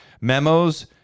Memos